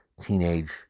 teenage